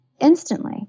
instantly